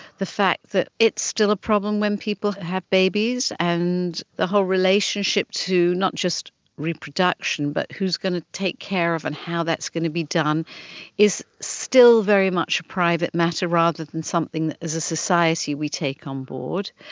the fact that it's still a problem when people have babies and the whole relationship to not just reproduction but who's going to take care of and how that's going to be done is still very much a private matter rather than something that as a society we take on um board.